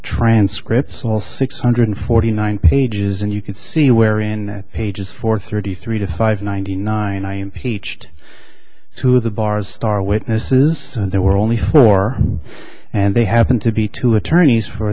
transcripts all six hundred forty nine pages and you can see where in pages four thirty three to five ninety nine i am peached two of the bars star witnesses and there were only four and they happened to be two attorneys for